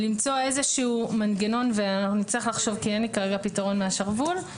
למצוא איזשהו מנגנון שנצטרך למצוא כי כרגע אין לי פתרון מהשרוול,